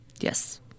Yes